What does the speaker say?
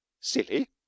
silly